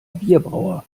bierbrauer